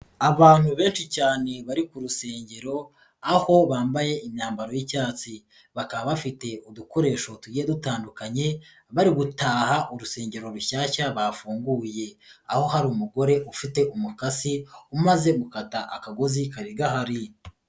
Abantu benshi cyane bari ku rusengero aho bambaye imyambaro y'icyatsi, bakaba bafite udukoresho tugiye dutandukanye bari gutaha urusengero rushyashya bafunguye, aho hari umugore ufite umukasi umaze gukata akagozi kari gahari.